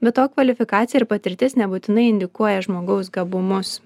be to kvalifikacija ir patirtis nebūtinai indikuoja žmogaus gabumus